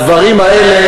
בדברים האלה,